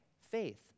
faith